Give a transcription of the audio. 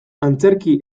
antzerki